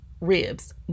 ribs